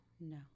No